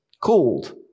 called